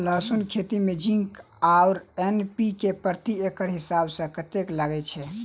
लहसून खेती मे जिंक आ एन.पी.के प्रति एकड़ हिसाब सँ कतेक लागै छै?